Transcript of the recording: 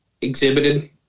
exhibited